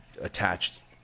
attached